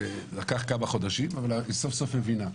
לקח כמה חודשים, אבל היא סוף סוף מבינה.